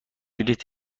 بلیط